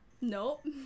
Nope